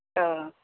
ओह